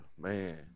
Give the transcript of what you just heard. man